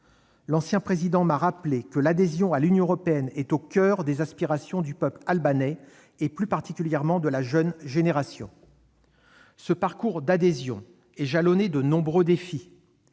L'ancien président m'a rappelé que l'adhésion à l'Union européenne est au coeur des aspirations du peuple albanais et, plus particulièrement, de la jeune génération. Ce parcours d'adhésion est jalonné de nombreux défis.